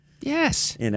Yes